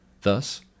Thus